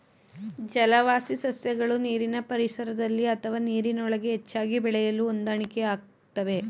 ಜಲವಾಸಿ ಸಸ್ಯಗಳು ನೀರಿನ ಪರಿಸರದಲ್ಲಿ ಅಥವಾ ನೀರಿನೊಳಗೆ ಹೆಚ್ಚಾಗಿ ಬೆಳೆಯಲು ಹೊಂದಾಣಿಕೆಯಾಗ್ತವೆ